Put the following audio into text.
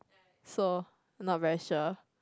so I'm not very sure